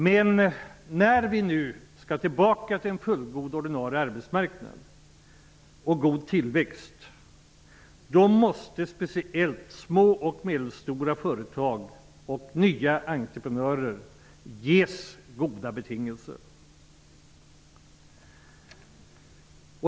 Men när vi nu skall tillbaka till en fullgod ordinarie arbetsmarknad och god tillväxt, måste speciellt små och medelstora företag och nya entreprenörer ges goda betingelser.